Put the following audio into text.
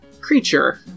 creature